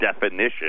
definition